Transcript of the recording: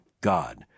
God